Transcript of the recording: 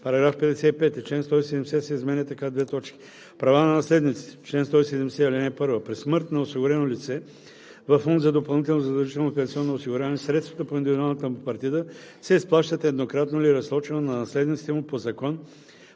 § 55: „§ 55. Член 170 се изменя така: „Права на наследниците Чл. 170. (1) При смърт на осигурено лице във фонд за допълнително задължително пенсионно осигуряване средствата по индивидуалната му партида се изплащат еднократно или разсрочено на наследниците му по закон